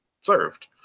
served